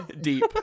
deep